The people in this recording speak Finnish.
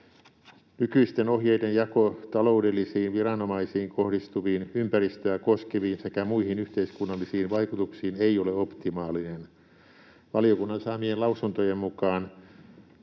Nykyisten ohjeiden jako taloudellisiin, viranomaisiin kohdistuviin, ympäristöä koskeviin sekä muihin yhteiskunnallisiin vaikutuksiin ei ole optimaalinen. Valiokunnan saamien lausuntojen mukaan